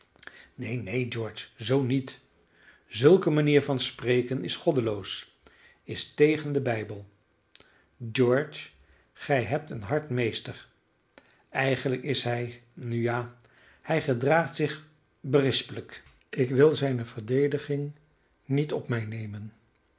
neen neen george zoo niet zulke manier van spreken is goddeloos is tegen den bijbel george gij hebt een hard meester eigenlijk is hij nu ja hij gedraagt zich berispelijk ik wil zijne verdediging niet op mij nemen